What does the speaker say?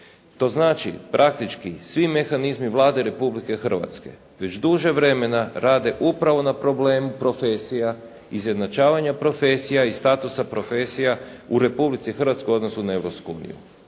to znači praktički svi mehanizmi Vlade Republike Hrvatske već duže vremena rade upravo na problemu profesija, izjednačavanja profesija i statusa profesija u Republici Hrvatskoj u odnosu na Europsku uniju.